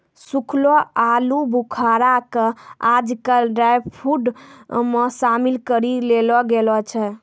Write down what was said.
सूखलो आलूबुखारा कॅ आजकल ड्रायफ्रुट मॅ शामिल करी लेलो गेलो छै